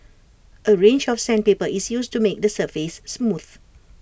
A range of sandpaper is used to make the surface smooth